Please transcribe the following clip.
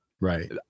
right